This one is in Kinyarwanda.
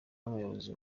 n’umuyobozi